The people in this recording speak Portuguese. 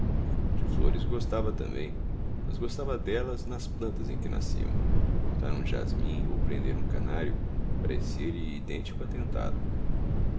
de flores gostava também mas gostava delas nas plantas em que nasciam cortar um jasmim ou prender um canário parecia-lhe idêntico atentado